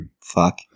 Fuck